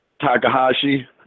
Takahashi